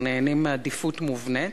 הנהנים מעדיפות מובנית,